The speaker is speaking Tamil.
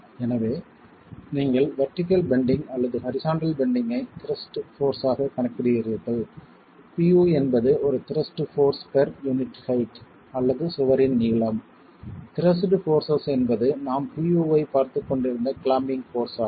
எனவே நீங்கள் வெர்டிகள் பெண்டிங் அல்லது ஹரிசாண்டல் பெண்டிங்கை த்ரஸ்ட் போர்ஸ் ஆக கணக்கிடுகிறீர்கள் Pu என்பது ஒரு thrust force per unit height அல்லது சுவரின் நீளம் த்ரஸ்ட் போர்ஸஸ் என்பது நாம் Pu ஐப் பார்த்துக் கொண்டிருந்த கிளாம்பிங் போர்ஸ் ஆகும்